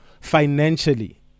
financially